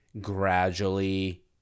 gradually